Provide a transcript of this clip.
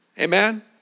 Amen